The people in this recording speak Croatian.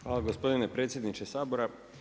Hvala gospodine predsjedniče Sabora.